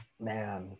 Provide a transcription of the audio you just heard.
Man